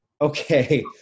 Okay